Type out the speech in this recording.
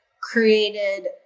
created